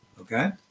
okay